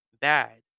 bad